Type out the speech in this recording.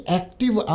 active